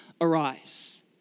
arise